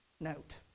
note